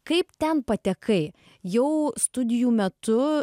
kaip ten patekai jau studijų metu